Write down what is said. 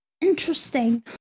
interesting